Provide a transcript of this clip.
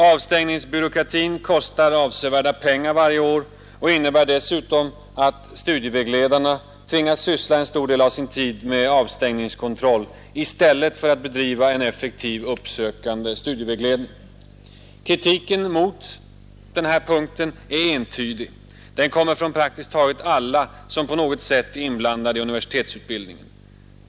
Avstängningsbyråkratin kostar avsevärda pengar varje år och innebär dessutom att studievägledarna tvingas syssla en stor del av sin tid med avstängningskontroll i stället för att bedriva en effektiv uppsökande studievägledning. Kritiken mot utspärrningen är entydig. Den kommer från praktiskt taget alla som på något sätt är inblandade i universitetsutbildningen.